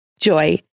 Joy